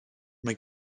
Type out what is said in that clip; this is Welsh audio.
mae